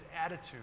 attitude